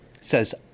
says